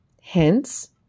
Hence